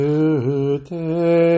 Today